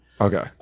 Okay